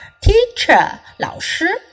teacher,老师